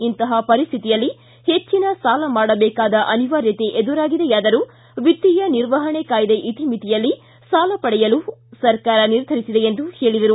ಇಂತಹ ಪರಿಸ್ಠಿತಿಯಲ್ಲಿ ಹೆಚ್ಚನ ಸಾಲ ಮಾಡಬೇಕಾದ ಅನಿವಾರ್ಯತೆ ಎದುರಾಗಿದೆಯಾದರೂ ವಿತ್ತೀಯ ನಿರ್ವಹಣೆ ಕಾಯ್ದೆ ಇತಿಮಿತಿಯಲ್ಲಿ ಸಾಲ ಪಡೆಯಲು ಸರ್ಕಾರ ನಿರ್ಧರಿಸಿದೆ ಎಂದರು